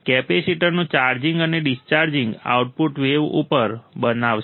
કેપેસિટરનું ચાર્જિંગ અને discharging output ઉપર વેવ બનાવશે